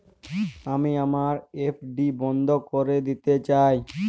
আমি আমার এফ.ডি বন্ধ করে দিতে চাই